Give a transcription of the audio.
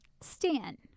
Stan